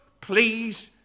please